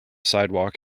sidewalk